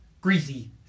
greasy